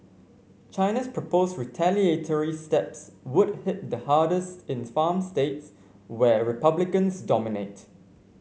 China's proposed retaliatory steps would hit the hardest in farm states where Republicans dominate